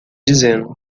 dizendo